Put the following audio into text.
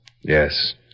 Yes